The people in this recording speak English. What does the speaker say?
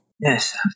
Yes